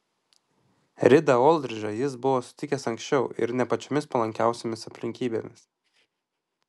ridą oldridžą jis buvo sutikęs anksčiau ir ne pačiomis palankiausiomis aplinkybėmis